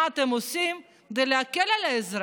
מה אתם עושים כדי להקל על האזרח.